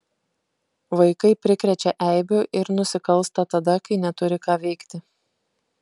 vaikai prikrečia eibių ir nusikalsta tada kai neturi ką veikti